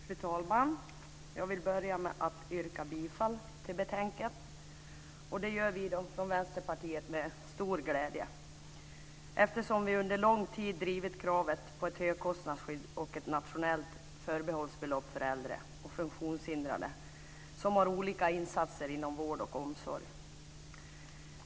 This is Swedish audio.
Fru talman! Jag vill börja med att yrka bifall till förslaget i utskottets betänkande. Det gör vi från Vänsterpartiet med stor glädje, eftersom vi under lång tid drivit kravet på ett högkostnadsskydd och ett nationellt förbehållsbelopp för äldre och funktionshindrade som har olika insatser av vård och omsorg.